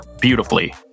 beautifully